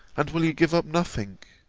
and will you give up nothing?